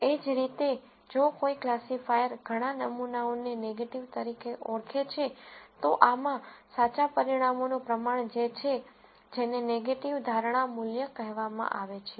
એ જ રીતે જો કોઈ ક્લાસિફાયર ઘણા નમૂનાઓને નેગેટીવ તરીકે ઓળખે છે તો આમાં સાચા પરિણામોનું પ્રમાણ જે છે જેને નેગેટીવ ધારણા મૂલ્ય કહેવામાં આવે છે